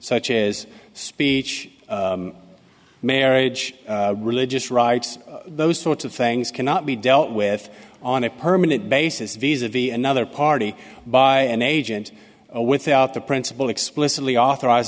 such as speech marriage religious rights those sorts of things cannot be dealt with on a permanent basis visa via another party by an agent or without the principle explicitly authoriz